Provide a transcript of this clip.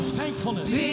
thankfulness